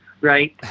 right